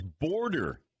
border